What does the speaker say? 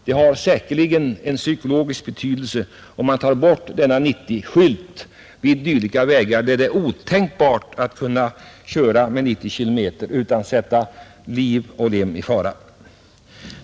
Det har säkerligen psykologisk betydelse om man tar bort denna 90-kilometersskylt vid vägar, där det är otänkbart att köra med 90 km i timmen utan att sätta liv och lem i fara.